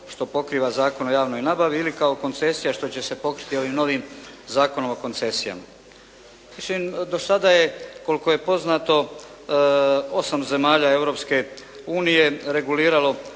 što pokriva Zakon o javnoj nabavi ili kao koncesija što će se pokriti ovim novim Zakonom o koncesijama. Mislim do sada je koliko je poznato 8 zemalja Europske